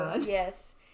yes